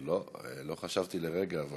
לא, לא חשבתי לרגע.